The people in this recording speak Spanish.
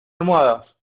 almohadas